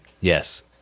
Yes